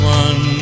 one